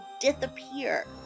disappear